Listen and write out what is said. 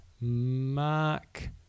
Mark